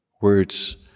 words